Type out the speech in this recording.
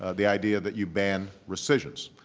the idea that you ban rescissions.